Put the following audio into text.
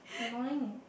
annoying eh